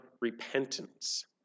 repentance